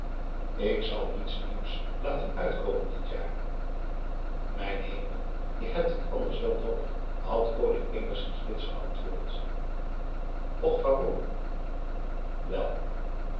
ik zal niets nieuws laten uitkomen dit jaar mijn hemel je hebt het anders wel noodig had corrie eenigszins bits geantwoord och waarom wel